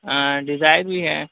ہاں ڈیزائر بھی ہے